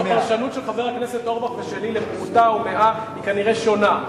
הפרשנות של חבר הכנסת אורבך ושלי לפרוטה או מאה היא כנראה שונה.